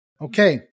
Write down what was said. okay